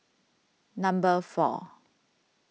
number four